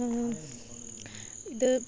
ഇത്